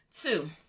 Two